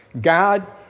God